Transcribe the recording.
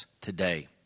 today